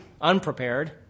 unprepared